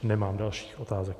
Nemám dalších otázek.